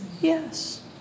Yes